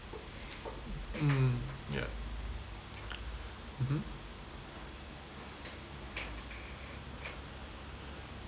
mm yup mmhmm